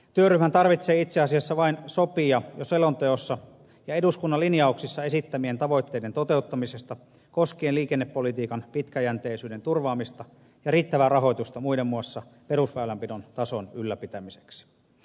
työryhmän tarvitsee itse asiassa vain sopia jo selonteossa ja eduskunnan linjauksissa esittämien tavoitteiden toteuttamisesta koskien liikennepolitiikan pitkäjänteisyyden turvaamista ja riittävää rahoitusta muiden muassa perusväylänpidon tason ylläpitämiseksi